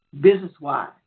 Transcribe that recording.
business-wise